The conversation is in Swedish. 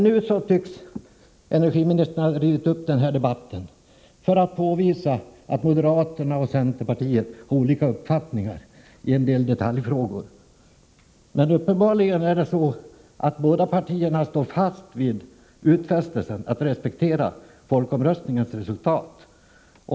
Nu tycks energiministern ha rivit upp denna debatt för att påvisa att moderaterna och centerpartiet har olika uppfattningar i en del detaljfrågor. Men uppenbarligen står båda partierna fast vid utfästelsen att respektera folkomröstningens resultat.